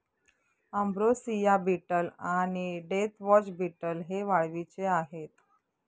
ambrosia beetle आणि deathwatch beetle हे वाळवीचे आहेत